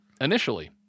Initially